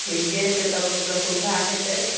ठीके छै तब लोकके सुबिधा होयतै